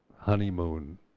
honeymoon